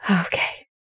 okay